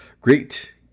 great